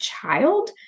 child